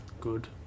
Good